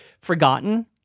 forgotten